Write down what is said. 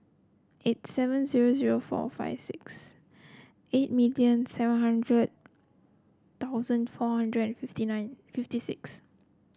eight seven zero zero four five six eight million seven hundred thousand four hundred and fifty nine fifty six